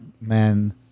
man